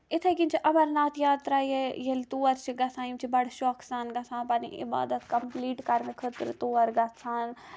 اِتھے کٔنۍ چھِ اَمرناتھ یاترا ییٚلہِ تور چھِ گَژھان یِم چھِ بَڑٕ شوقہ سان گَژھان پَنٕنۍ عبادت کمپٕلیٹ کَرنہٕ کَرنہٕ خٲطرٕ تور گَژھان